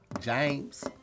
James